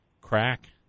crack